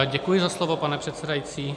Děkuji za slovo, pane předsedající.